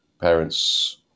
Parents